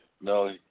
No